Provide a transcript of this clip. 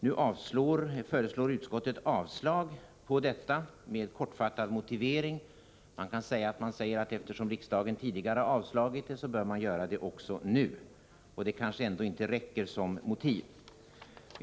Nu avstyrker utskottet, med en kortfattad motivering, förslaget. Motiveringen kan sammanfattas så, att eftersom riksdagen tidigare har avvisat förslaget bör den göra det också nu. Men detta räcker kanske ändå inte som motiv för ett avslag.